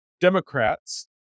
Democrats